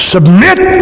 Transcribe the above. Submit